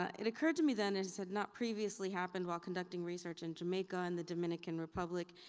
it occurred to me then, as had not previously happened while conducting research in jamaica and the dominican republic,